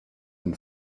and